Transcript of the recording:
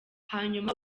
hanyuma